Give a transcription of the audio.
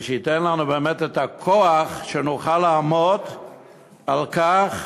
ושייתן לנו את הכוח שנוכל לעמוד על כך.